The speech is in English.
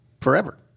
forever